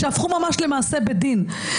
שהפכו ממש למעשה בית דין.